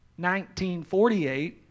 1948